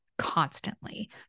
constantly